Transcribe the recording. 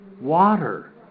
water